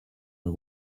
are